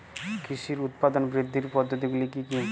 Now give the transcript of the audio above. কৃষির উৎপাদন বৃদ্ধির পদ্ধতিগুলি কী কী?